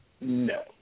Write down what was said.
No